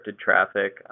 traffic